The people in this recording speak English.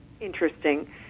interesting